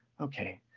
okay